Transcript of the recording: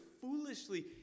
foolishly